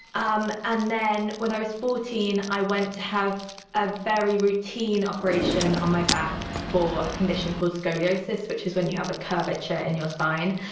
um and then when i was fourteen, i went to have a very routine operation on my back for a condition called scoliosis, which is when you have a curvature in your spine.